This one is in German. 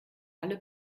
alle